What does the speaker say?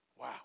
Wow